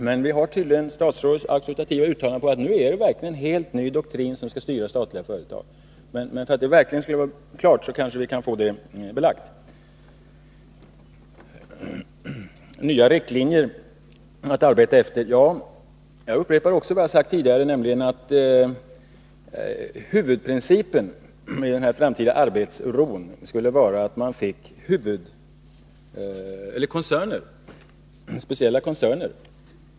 Men vi har ju nu statsrådets auktoritativa uttalande om att det verkligen är en helt ny doktrin som skall styra statliga företag. Men för att det verkligen skall vara klarlagt, bör vi kanske få det belagt. Statsrådet Carlsson nämnde också uttrycket ”nya riktlinjer att arbeta efter”. Jag upprepar vad jag sagt tidigare, nämligen att huvudsyftet med den framtida arbetsron måste vara att man följer principen att det bildas speciella koncerner.